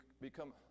become